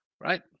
Right